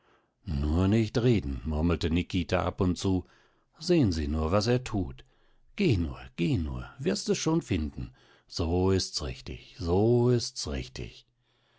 nur nicht reden murmelte nikita ab und zu sehen sie nur was er tut geh nur geh nur wirst es schon finden so ist's richtig so ist's richtig